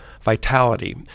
vitality